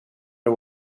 nog